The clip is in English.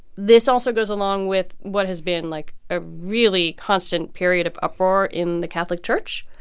this also goes along with what has been, like, a really constant period of uproar in the catholic church.